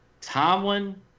Tomlin